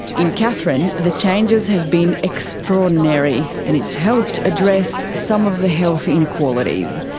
in katherine, the changes have been extraordinary and it's helped address some of the health inequalities.